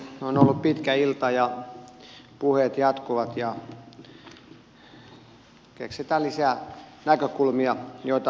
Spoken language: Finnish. on ollut pitkä ilta ja puheet jatkuvat ja keksitään lisää näkökulmia joita aikaisemmin ei ikään kuin huomattu